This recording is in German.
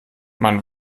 man